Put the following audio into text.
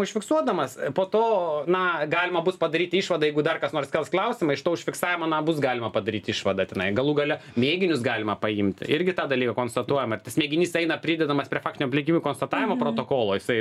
užfiksuodamas po to na galima bus padaryti išvadą jeigu dar kas nors kels klausimą iš to užfiksavimo na bus galima padaryti išvadą tenai galų gale mėginius galima paimt irgi tą dalyką konstatuojam ir tas mėginys eina pridedamas prie faktinių aplinkybių konstatavimo protokolo jisai